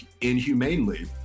inhumanely